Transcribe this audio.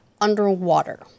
underwater